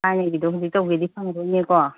ꯊꯥꯏꯅꯒꯤꯗꯣ ꯍꯧꯖꯤꯛ ꯇꯧꯒꯦꯗꯤ ꯐꯪꯗꯣꯏꯅꯦꯀꯣ